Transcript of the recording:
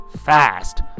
fast